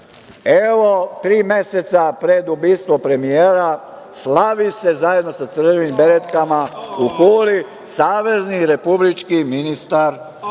Evo, tri meseca pred ubistvo premijera, slavi se zajedno sa Crvenim beretkama u Kuli, savezni i republički ministar